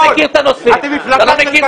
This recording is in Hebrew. אתם מפלגה של